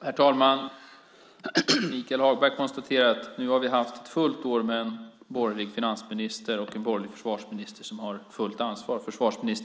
Herr talman! Michael Hagberg konstaterar att vi nu har haft ett helt år med en borgerlig finansminister och en borgerlig försvarsminister som har fullt ansvar.